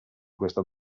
questa